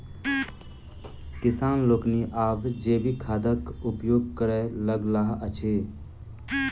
किसान लोकनि आब जैविक खादक उपयोग करय लगलाह अछि